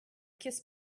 kiss